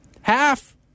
half